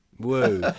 Woo